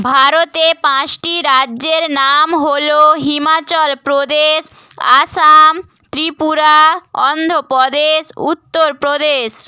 ভারতে পাঁচটি রাজ্যের নাম হল হিমাচল প্রদেশ আসাম ত্রিপুরা অন্ধ্রপ্রদেশ উত্তরপ্রদেশ